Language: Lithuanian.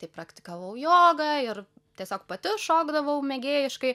praktikavau jogą ir tiesiog pati šokdavau mėgėjiškai